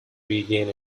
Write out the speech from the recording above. regain